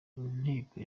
inteko